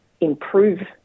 improve